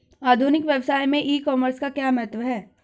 आधुनिक व्यवसाय में ई कॉमर्स का क्या महत्व है?